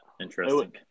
interesting